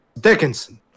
Dickinson